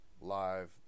live